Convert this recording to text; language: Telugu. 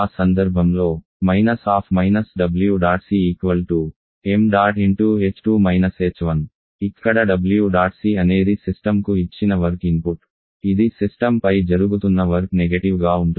ఆ సందర్భంలో ẆC ṁ ఇక్కడ W dot C అనేది సిస్టమ్కు ఇచ్చిన వర్క్ ఇన్పుట్ ఇది సిస్టమ్పై జరుగుతున్న వర్క్ నెగెటివ్ గా ఉంటుంది